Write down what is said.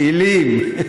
טילים.